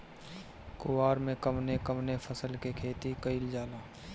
कुवार में कवने कवने फसल के खेती कयिल जाला?